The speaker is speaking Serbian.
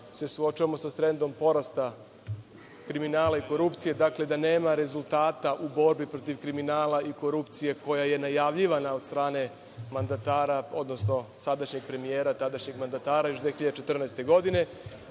se suočavamo sa trendom porasta kriminala i korupcije, dakle, da nema rezultata u borbi protiv kriminala i korupcije koja je najavljivana od strane mandatara, odnosno sadašnjeg premijera, tadašnjeg mandatara još 2014. godine.